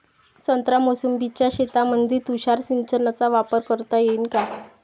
संत्रा मोसंबीच्या शेतामंदी तुषार सिंचनचा वापर करता येईन का?